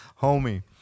Homie